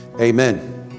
amen